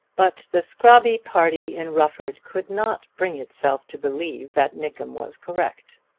but the scrobby party in rufford could not bring itself to believe that nickem was correct.